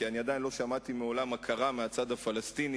כי אני עדיין לא שמעתי מעולם הכרה מהצד הפלסטיני